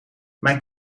mijn